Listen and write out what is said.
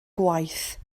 gwaith